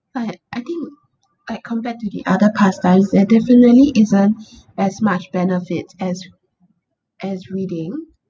but I think like compared to the other pastimes they are definitely isn't as much benefit as as reading